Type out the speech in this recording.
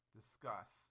discuss